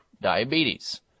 diabetes